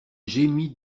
gémit